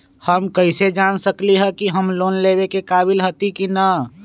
हम कईसे जान सकली ह कि हम लोन लेवे के काबिल हती कि न?